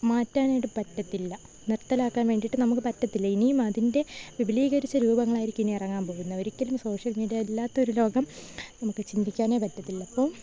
മാറ്റാനായിട്ടു പറ്റത്തില്ല നിർത്തലാക്കാൻ വേണ്ടിയിട്ട് നമുക്ക് പറ്റത്തില്ല ഇനിയും അതിൻ്റെ വിപുലീകരിച്ച രൂപങ്ങളായിരിക്കും ഇനി ഇറങ്ങാൻ പോകുന്നത് ഒരിക്കലും സോഷ്യൽ മീഡിയ ഇല്ലാത്തൊരു ലോകം നമുക്ക് ചിന്തിക്കാനേ പറ്റത്തില്ലപ്പോള്